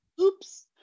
oops